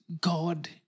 God